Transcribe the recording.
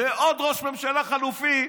ועוד ראש ממשלה חלופי,